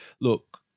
Look